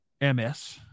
MS